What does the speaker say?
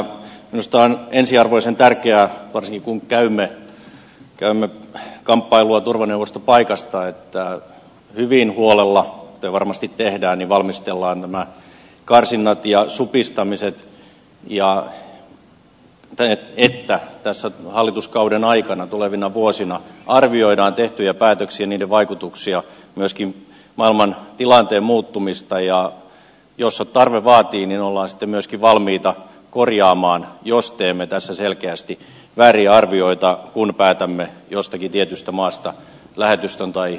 minusta on ensiarvoisen tärkeää varsinkin kun käymme kamppailua turvaneuvostopaikasta että hyvin huolella kuten varmasti tehdään valmistellaan nämä karsinnat ja supistamiset ja että tässä hallituskauden aikana tulevina vuosina arvioidaan tehtyjä päätöksiä ja niiden vaikutuksia myöskin maailman tilanteen muuttumista ja jos tarve vaatii niin ollaan sitten myöskin valmiita korjaamaan jos teemme tässä selkeästi vääriä arvioita kun päätämme jostakin tietystä maasta lähetystön tai edustuston lakkauttaa